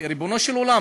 ריבונו של עולם,